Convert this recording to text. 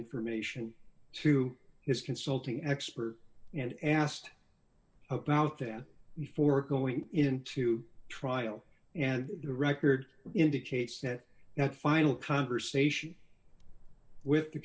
information to his consulting expert and asked about that before going into trial and the record indicates that that final conversation with